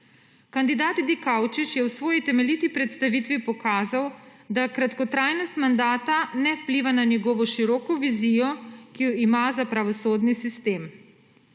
Kandidat Dikaučič je v svoji temeljiti predstavitvi pokazal, da kratkotrajnost mandata ne vpliva na njegovo široko vizijo, ki jo ima za pravosodni sistem.